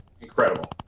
incredible